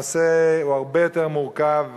הנושא הוא הרבה יותר מורכב.